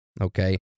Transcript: Okay